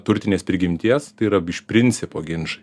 turtinės prigimties tai yra iš principo ginčai